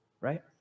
right